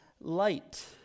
Light